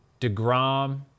DeGrom